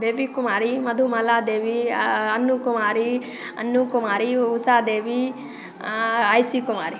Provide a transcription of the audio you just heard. baby Kumari Madhumala Devi Annu Kumari Annu Kumari Usha Devi आयसी कुमारी